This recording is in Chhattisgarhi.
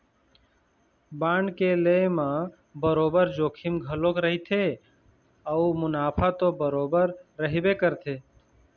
बांड के लेय म बरोबर जोखिम घलोक रहिथे अउ मुनाफा तो बरोबर रहिबे करथे